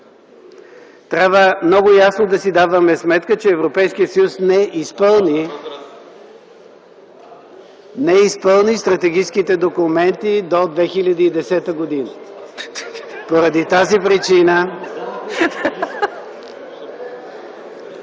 Трябва много ясно да си даваме сметка, че Европейският съюз не изпълни стратегическите документи до 2010 г., поради тази причина...